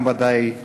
גם, ודאי,